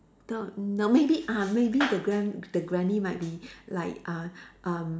the no maybe ah maybe the gram~ the granny might be like uh um